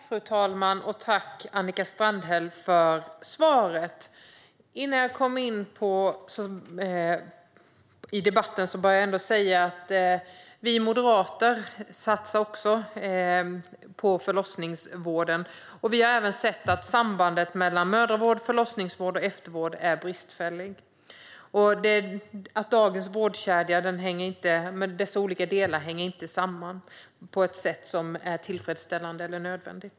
Fru talman! Tack, Annika Strandhäll, för svaret! Innan jag kommer in i debatten bör jag säga att också vi moderater satsar på förlossningsvården. Vi har sett att sambandet mellan mödravård, förlossningsvård och eftervård är bristfälligt och att dagens vårdkedja, med dess olika delar, inte hänger samman på ett sätt som är tillfredsställande eller nödvändigt.